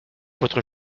votre